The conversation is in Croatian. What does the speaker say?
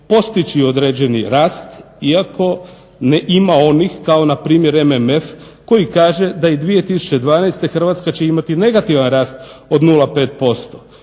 postići određeni rast iako ima onih kao npr. MMF koji kaže da i 2012. Hrvatska će imati negativan rast od 0,5%.